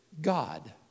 God